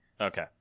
Okay